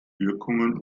wirkungen